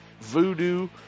voodoo